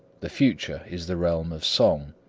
the future is the realm of song.